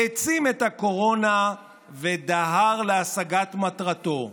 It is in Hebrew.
העצים את הקורונה ודהר להשגת מטרתו.